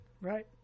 Right